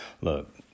Look